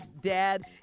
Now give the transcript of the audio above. Dad